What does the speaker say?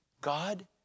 God